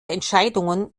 entscheidungen